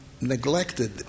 neglected